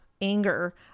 anger